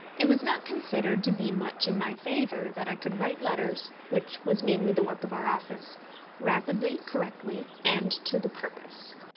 it was not considered to be much in my favour that i could write letters which was mainly the work of our office rapidly, correctly, and to the purpose.